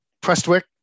Prestwick